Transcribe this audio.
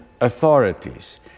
authorities